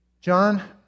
John